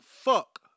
fuck